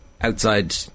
outside